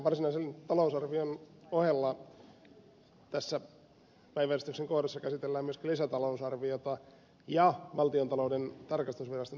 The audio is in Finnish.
varsinaisen talousarvion ohella tässä päiväjärjestyksen kohdassa käsitellään myöskin lisätalousarviota ja valtiontalouden tarkastusviraston tarkastuskertomusta